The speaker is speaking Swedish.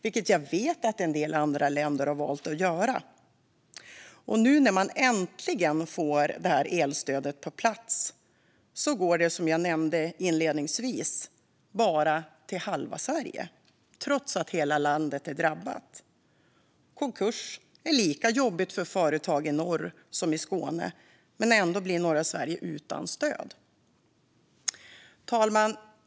Det vet jag att en del andra länder har valt att göra. Nu när detta elstöd äntligen kommer på plats går det, som jag nämnde inledningsvis, bara till halva Sverige trots att hela landet är drabbat. Konkurser är lika jobbiga för företag i norr som i Skåne, men ändå blir norra Sverige utan stöd. Fru talman!